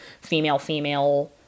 female-female